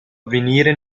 avvenire